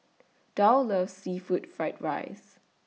Dow loves Seafood Fried Rice